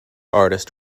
artist